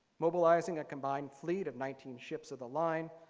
mobilizing a combined fleet of nineteen ships of the line,